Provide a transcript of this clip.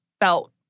felt